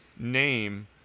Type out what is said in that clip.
name